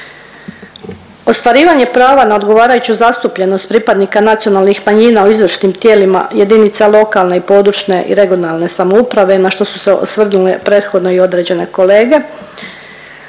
Ostvarivanje prava na odgovarajuću zastupljenost pripadnika nacionalnih manjina u izvršnim tijelima jedinica lokalne i područne (regionalne) samouprave na što su se osvrnule prethodno i određene kolege,